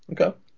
okay